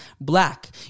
black